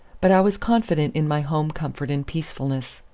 but i was confident in my home-comfort and peacefulness.